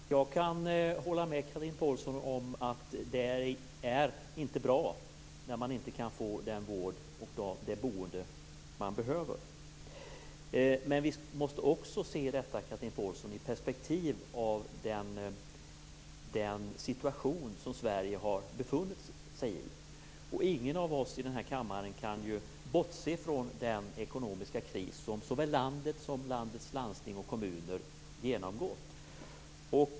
Fru talman! Jag kan hålla med Chatrine Pålsson om att det inte är bra när man inte kan få den vård och det boende man behöver. Men vi måste också se detta, Chatrine Pålsson, i perspektivet av den situation som Sverige har befunnit sig i. Ingen av oss i den här kammaren kan bortse från den ekonomiska kris som såväl landet som dess landsting och kommuner genomgått.